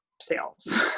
sales